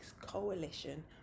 coalition